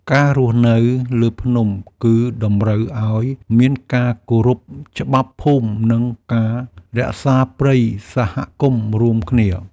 ការរស់នៅលើភ្នំ គឺតម្រូវឲ្យមានការគោរពច្បាប់ភូមិ និងការរក្សាព្រៃសហគមន៍រួមគ្នា។